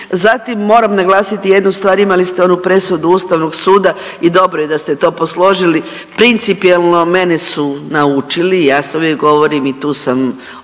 Zatim, moram naglasiti jednu stvar, imali ste onu presudu Ustavnog suda i dobro je da ste to posložili, principijelno mene naučili, ja sad uvijek govorim i tu sam ovaj